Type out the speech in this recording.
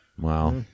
Wow